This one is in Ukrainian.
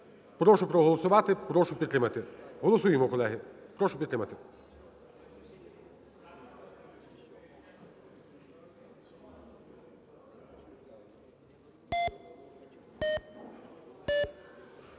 Прошу проголосувати, прошу підтримати. Голосуємо, колеги. Прошу підтримати.